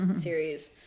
series